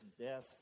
death